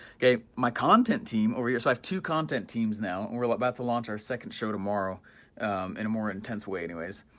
okay my content team over here, so i've two content teams now and we're like about to launch our second show tomorrow in a more intense way anyways,